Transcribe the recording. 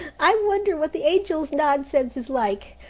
i wonder what the angels' nonsense is like.